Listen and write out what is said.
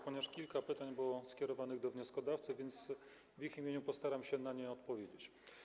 Ponieważ kilka pytań było skierowanych do wnioskodawców, więc w ich imieniu postaram się na nie odpowiedzieć.